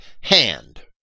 hand